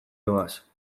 doaz